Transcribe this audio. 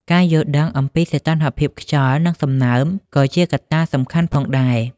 ការយល់ដឹងអំពីសីតុណ្ហភាពខ្យល់ និងសំណើម ក៏ជាកត្តាសំខាន់ផងដែរ។